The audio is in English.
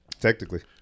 Technically